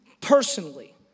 personally